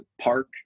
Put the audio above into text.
park